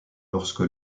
lorsque